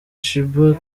sheebah